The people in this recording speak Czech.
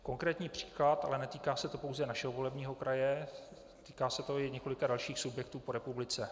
Konkrétní příklad ale netýká se to pouze našeho volebního kraje, týká se to i několika dalších subjektů po republice.